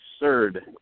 absurd